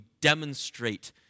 demonstrate